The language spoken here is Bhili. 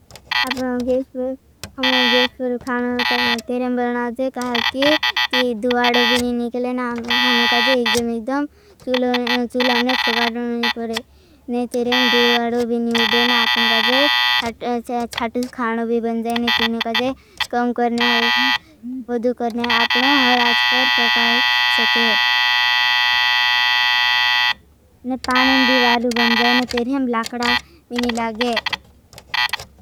अपनों गेश पर खानों तेरें बरना आज है। कहा कि ती दुवाड़ो बिनी निकले ना। हमकाज एकदम एकदम चुलामने फ़गाटना नहीं पड़े। तेरें दुवाड़ो बिनी उड़े। ना आपकाज खानों भी बन जाए। ने तीन काज कम करने है। वदु करने आपनों हर आज पर फ़गाई सके। पानें भी वाड़ो बन जाए। ने तेरें लाकड़ा बिनी लागे।